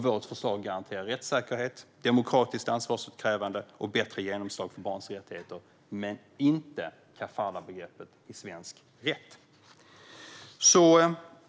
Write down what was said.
Vårt förslag garanterar rättssäkerhet, demokratiskt ansvarsutkrävande och bättre genomslag för barns rättigheter - men inte kafalahbegreppet i svensk rätt.